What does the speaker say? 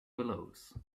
willows